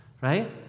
right